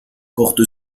porte